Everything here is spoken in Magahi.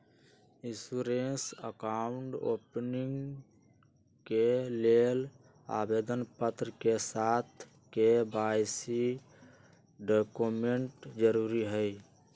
इंश्योरेंस अकाउंट ओपनिंग के लेल आवेदन पत्र के साथ के.वाई.सी डॉक्यूमेंट जरुरी हइ